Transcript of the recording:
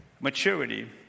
maturity